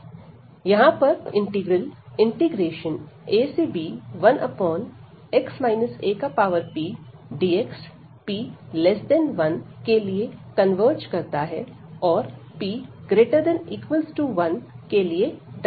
यहां पर integral ab1x apdxp1 के लिए कन्वर्ज करता है और p≥1 के लिए डायवर्ज करता है